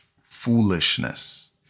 foolishness